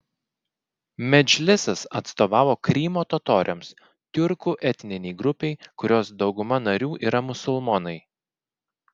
medžlisas atstovavo krymo totoriams tiurkų etninei grupei kurios dauguma narių yra musulmonai